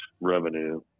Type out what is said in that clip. revenue